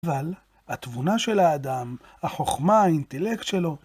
אבל התבונה של האדם, החוכמה, האינטלקט שלו,